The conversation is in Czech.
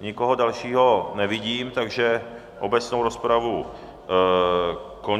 Nikoho dalšího nevidím, takže obecnou rozpravu končím.